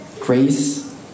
grace